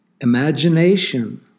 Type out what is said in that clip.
Imagination